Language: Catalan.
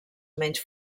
menys